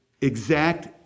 exact